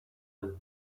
him